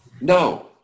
No